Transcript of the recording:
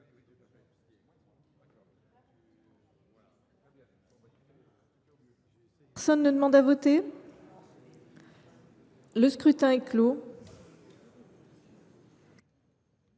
Personne ne demande plus à voter ?… Le scrutin est clos.